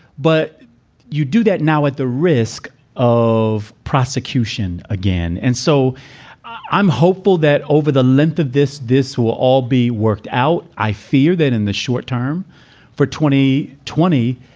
but you do that now at the risk of prosecution again. and so i'm hopeful that over the length of this, this will all be worked out. i fear that in the short term for twenty, twenty,